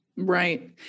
Right